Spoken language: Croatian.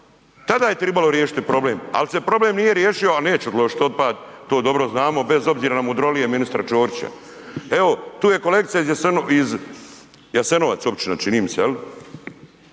tada je trebalo riješiti problem ali se problem nije riješio ali neće odložiti otpad, to dobro znamo bez obzira na mudrolije ministra Ćorića. Evo, tu je kolegica iz Jasenovac općina, čini mi se, iz